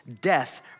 death